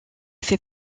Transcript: fait